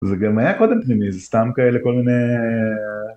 זה גם היה קודם, זה סתם כאלה כל מיני...